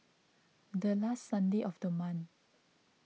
the last Sunday of the month